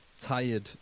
tired